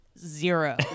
Zero